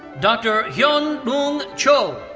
dr. hyun woong cho.